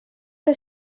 que